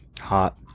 hot